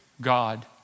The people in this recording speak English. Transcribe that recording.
God